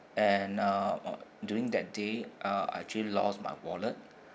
and uh during that day uh I actually lost my wallet